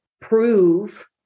prove